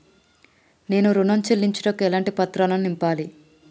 నేను ఋణం చెల్లించుటకు ఎలాంటి పత్రాలను నింపాలి?